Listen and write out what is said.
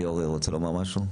ליאור, אתה רוצה לומר משהו?